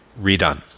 Redone